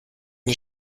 die